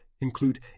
include